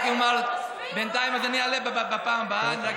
אני רק אומר שאני אעלה בפעם הבאה ואני רק